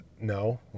no